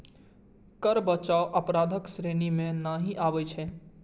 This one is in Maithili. कर बचाव अपराधक श्रेणी मे नहि आबै छै